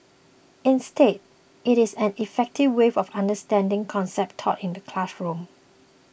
instead it is an effective way of understanding concepts taught in the classroom